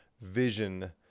vision